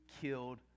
killed